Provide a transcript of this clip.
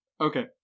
Okay